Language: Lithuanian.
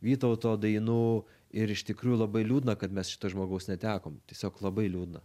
vytauto dainų ir iš tikrųjų labai liūdna kad mes šito žmogaus netekom tiesiog labai liūdna